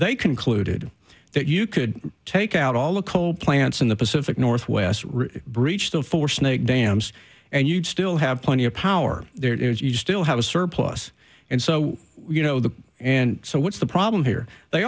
they concluded that you could take out all the coal plants in the pacific northwest breach the four snake dams and you'd still have plenty of power there if you still have a surplus and so you know the and so what's the problem here they